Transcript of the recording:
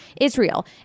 Israel